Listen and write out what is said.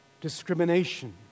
discrimination